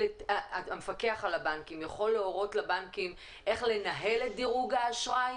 המפקח על הבנקים יכולים להורות לבנקים איך לנהל את דירוג האשראי?